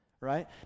right